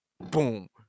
boom